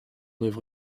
œuvre